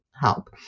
help